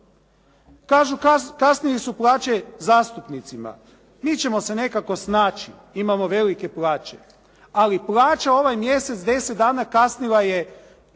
Kažu kasnile su plaće zastupnicima. Mi ćemo se nekako snaći, imamo velike plaće. Ali plaća ovaj mjesec deset dana kasnila je